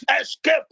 escape